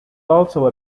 also